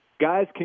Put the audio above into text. Guys